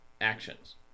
actions